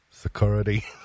Security